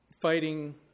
fighting